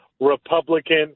republican